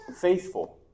faithful